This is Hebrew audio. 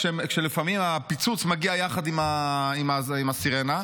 כשלפעמים הפיצוץ מגיע יחד עם הסירנה.